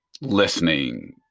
listening